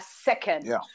second